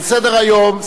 על סדר-היום,